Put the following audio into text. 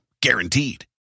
Guaranteed